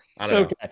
Okay